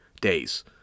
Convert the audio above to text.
days